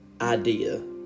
idea